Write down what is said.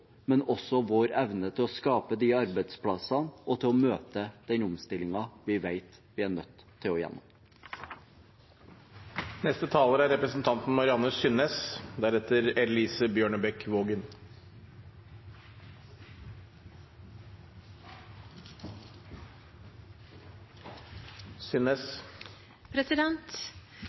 men også for vår evne til å skape de arbeidsplassene og møte den omstillingen vi vet vi er nødt til. Langsiktig og tilstrekkelig finansiering er